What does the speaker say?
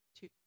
two